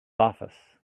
office